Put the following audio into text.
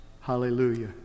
Hallelujah